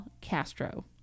Castro